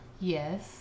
yes